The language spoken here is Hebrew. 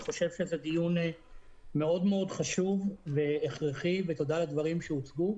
אני חושב שזה דיון מאוד חשוב והכרחי ותודה על הדברים שהוצגו.